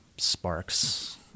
sparks